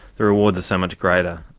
the rewards are so much greater.